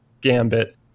gambit